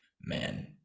man